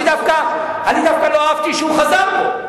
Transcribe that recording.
אני דווקא לא אהבתי שהוא חזר בו.